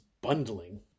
bundling